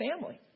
family